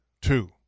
Two